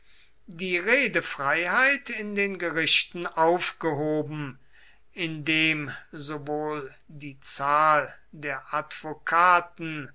die redefreiheit in den gerichten aufgehoben indem sowohl die zahl der